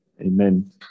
Amen